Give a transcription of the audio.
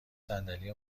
صندلی